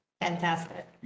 Fantastic